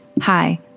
Hi